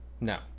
No